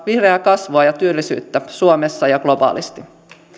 vihreää kasvua ja työllisyyttä suomessa ja globaalisti